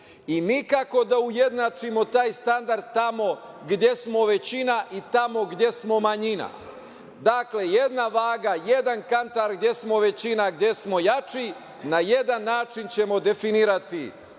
Nikako da ujednačimo taj standard tamo gde smo većina i tamo gde smo manjina. Dakle, jedna vaga, jedan kantar, gde smo većina, gde smo jači. Na jedan način ćemo definisati